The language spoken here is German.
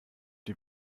die